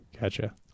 gotcha